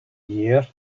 year